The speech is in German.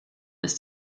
ist